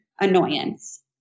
annoyance